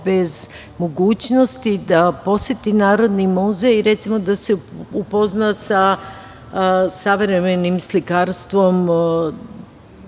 bez mogućnosti da poseti Narodni muzej i recimo da se upozna sa savremenim slikarstvom